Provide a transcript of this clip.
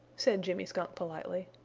said jimmy skunk, politely.